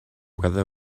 whether